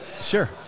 Sure